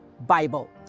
Bible